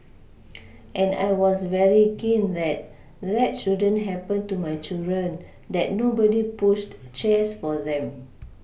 and I was very keen that that shouldn't happen to my children that nobody pushed chairs for them